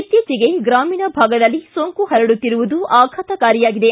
ಇತ್ತೀಚೆಗೆ ಗ್ರಾಮೀಣ ಭಾಗದಲ್ಲಿ ಸೋಂಕು ಹರಡುತ್ತಿರುವುದು ಆಘಾತಕಾರಿಯಾಗಿದೆ